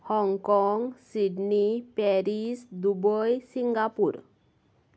Hong Kong Sydney Paris Dubai Singapore